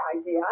idea